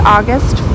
August